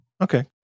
okay